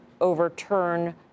overturn